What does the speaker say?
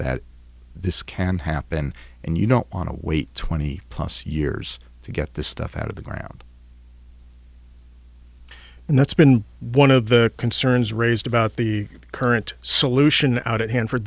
that this can happen and you don't want to wait twenty plus years to get this stuff out of the ground and that's been one of the concerns raised about the current solution out at hanfor